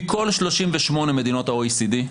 מכל 38 מדינות ה-OECD,